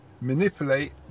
manipulate